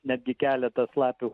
netgi keletas lapių